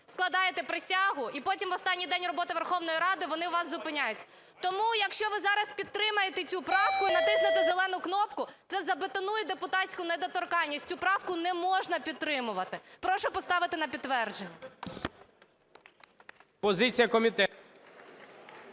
складаєте присягу, і потім в останній день роботи Верховної Ради вони у вас зупиняють. Тому, якщо ви зараз підтримаєте цю правку і натиснете зелену кнопку, це забетонує депутатську недоторканність, цю правку не можна підтримувати. Прошу поставити на підтвердження.